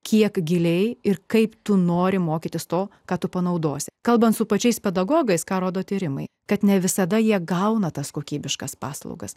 kiek giliai ir kaip tu nori mokytis to ką tu panaudosi kalbant su pačiais pedagogais ką rodo tyrimai kad ne visada jie gauna tas kokybiškas paslaugas